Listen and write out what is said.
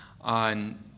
on